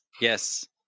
Yes